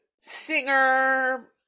singer